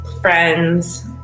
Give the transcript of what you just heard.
friends